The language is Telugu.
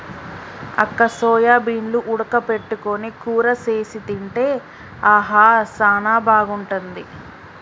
అక్క సోయాబీన్లు ఉడక పెట్టుకొని కూర సేసి తింటే ఆహా సానా బాగుంటుంది